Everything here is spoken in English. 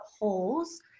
holes